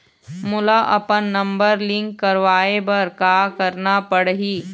मोला अपन number link करवाये बर का करना पड़ही?